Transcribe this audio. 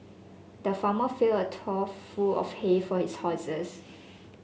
the farmer filled a trough full of hay for his horses